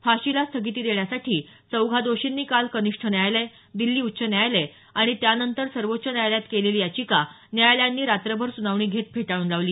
फाशीला स्थगिती देण्यासाठी चौघा दोषींनी काल कनिष्ठ न्यायालय दिल्ली उच्च न्यायालय आणि त्यानंतर सर्वोच्च न्यायालयात केलेली याचिकांवर न्यायालयांनी रात्रभर सुनावणी घेत फेटाळून लावली